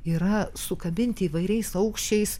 yra sukabinti įvairiais aukščiais